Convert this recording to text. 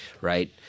Right